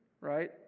right